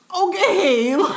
Okay